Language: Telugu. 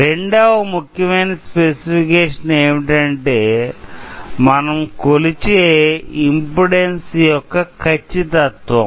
రెండవ ముఖ్యమయిన స్పెసిఫికేషన్ ఏమిటంటే మనం కొలిచే ఇంపిడెన్సు యొక్క ఖచ్చితత్త్వం